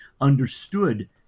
understood